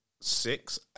Six